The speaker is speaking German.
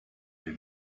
der